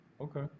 Okay